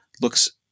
looks –